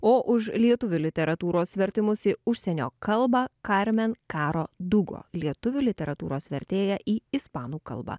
o už lietuvių literatūros vertimus į užsienio kalbą karmen karo dugo lietuvių literatūros vertėja į ispanų kalbą